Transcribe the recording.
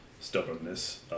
stubbornness